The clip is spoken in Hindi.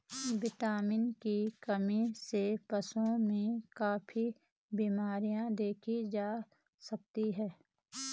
विटामिन की कमी से पशुओं में काफी बिमरियाँ देखी जा सकती हैं